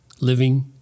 Living